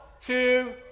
two